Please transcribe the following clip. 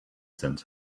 sind